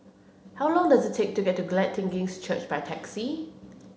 how long does it take to get to Glad Tidings Church by taxi